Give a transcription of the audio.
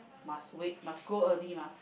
must wait must go early mah